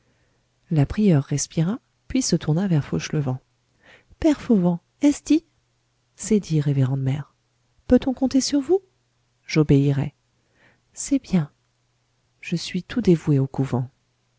la prieure respira puis se tourna vers fauchelevent père fauvent est-ce dit c'est dit révérende mère peut-on compter sur vous j'obéirai c'est bien je suis tout dévoué au couvent